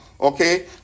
okay